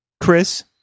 chris